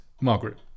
Margaret